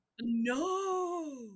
no